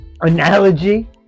analogy